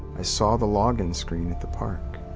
i saw the login screen at the park.